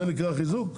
זה נקרא חיזוק?